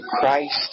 Christ